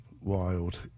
wild